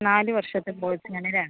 നാല് വർഷത്തെ പോളിസിയാണ് അല്ലെ